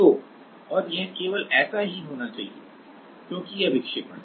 तो और यह केवल ऐसा ही होना चाहिए क्योंकि यह विक्षेपण है